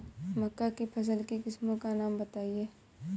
मक्का की फसल की किस्मों का नाम बताइये